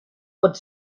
pot